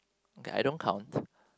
okay I don't count